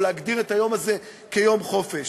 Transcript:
או להגדיר את היום הזה כיום חופש.